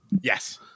yes